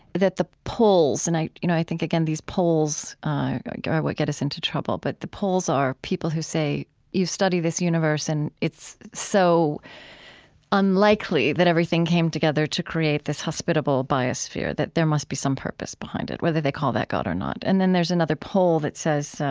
that the poles and i you know, i think again these polls like are what get us into trouble. but the polls are people who say, well you study this universe and it's so unlikely that everything game together to create this hospitable biosphere that there must be some purpose behind it, whether they call that god or not. and then there's another poll that says, ah,